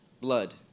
blood